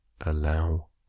allow